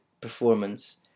performance